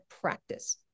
practice